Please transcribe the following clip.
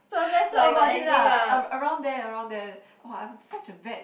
so about it lah arou~ around there around there !wah! I'm such a bad